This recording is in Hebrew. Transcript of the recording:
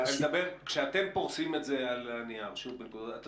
כשאתם פורסים את זה על הנייר אני